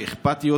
אכפתיות